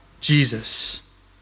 Jesus